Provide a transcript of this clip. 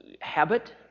habit